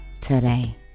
today